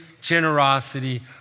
generosity